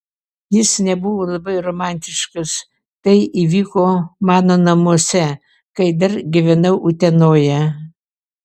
jis nebuvo labai romantiškas tai įvyko mano namuose kai dar gyvenau utenoje